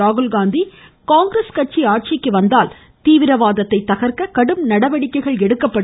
ராகுல்காந்தி காங்கிரஸ் கட்சி ஆட்சிக்கு வந்தால் தீவிரவாதத்தை தகர்க்க கடும் நடவடிக்கைகள் எடுக்கப்படும்